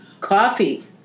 coffee